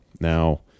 Now